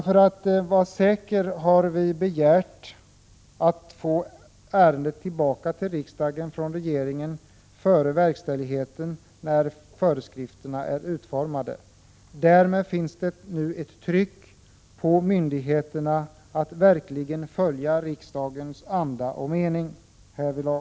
För att vara på den säkra sidan har vi begärt att få ärendet tillbaka till riksdagen från regeringen före verkställigheten, när föreskrifterna är utformade. Därmed finns det tryck på myndigheterna att verkligen följa riksdagsbeslutets anda och mening härvidlag.